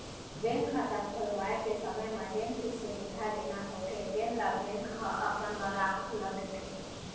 bank खाता खोलवाए के समे म जेन भी सुबिधा लेना होथे तेन ल बेंक ह अपन गराहक ल देथे